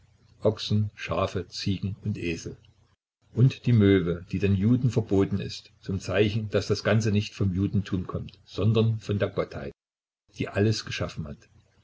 ochsen schafe ziegen und esel und die möwe die den juden verboten ist zum zeichen daß das ganze nicht vom judentum kommt sondern von der gottheit die alles geschaffen hat